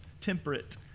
temperate